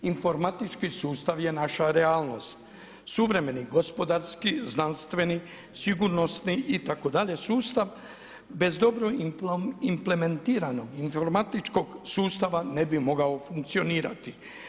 Informatički sustav je naša realnost, suvremeni gospodarski, znanstveni, sigurnosni itd. sustav bez dobro implementiranog informatičnog sustava ne bi mogao funkcionirati.